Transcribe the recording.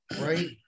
right